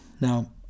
Now